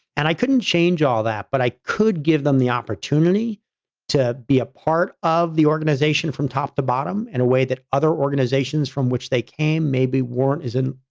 and i couldn't change all that, but i could give them the opportunity to be a part of the organization from top to bottom and a way that other organizations from which they came maybe weren't isn't,